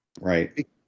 right